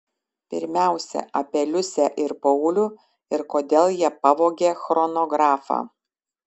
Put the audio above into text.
pirmiausia apie liusę ir paulių ir kodėl jie pavogė chronografą